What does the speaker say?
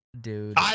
Dude